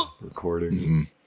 recording